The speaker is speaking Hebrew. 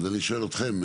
אני שואל אתכם.